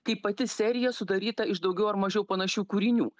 kaip pati serija sudaryta iš daugiau ar mažiau panašių kūrinių